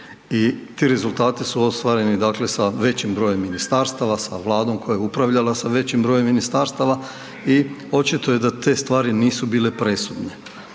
i ti rezultati su ostvareni dakle sa većim brojem ministarstava, sa Vladom koja je upravljala sa većim brojem ministarstava i očito je da te stvari nisu bile presudne.